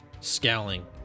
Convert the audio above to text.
Scowling